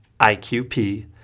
iqp